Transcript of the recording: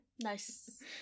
nice